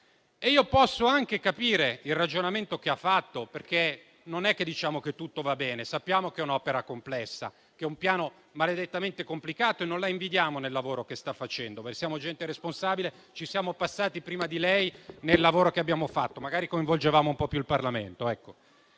Posso anche capire il ragionamento che ha fatto, perché non diciamo che tutto va bene. Sappiamo che è un'opera complessa, che è un Piano maledettamente complicato e non la invidiamo per il lavoro che sta facendo, siamo persone responsabili, ci siamo passati prima di lei con il lavoro che abbiamo fatto, magari coinvolgendo un po' di più il Parlamento.